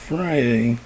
Friday